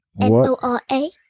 N-O-R-A